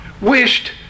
wished